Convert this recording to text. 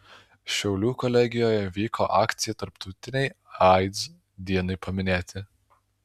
šiaulių kolegijoje vyko akcija tarptautinei aids dienai paminėti